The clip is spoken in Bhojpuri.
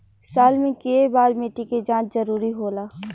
साल में केय बार मिट्टी के जाँच जरूरी होला?